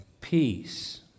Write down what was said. peace